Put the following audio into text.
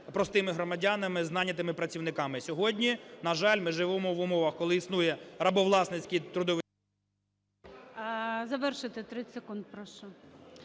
простими громадянами, з найнятими працівниками. Сьогодні, на жаль, ми живемо в умовах, коли існує рабовласницький трудовий… ГОЛОВУЮЧИЙ. Завершити 30 секунд, прошу.